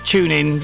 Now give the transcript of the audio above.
TuneIn